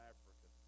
Africa